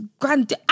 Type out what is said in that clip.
grand